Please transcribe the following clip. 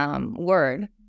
Word